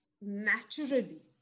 naturally